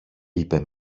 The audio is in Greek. είπε